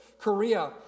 Korea